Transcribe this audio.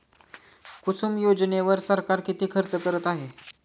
कुसुम योजनेवर सरकार किती खर्च करत आहे?